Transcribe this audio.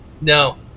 No